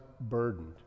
burdened